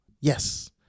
Yes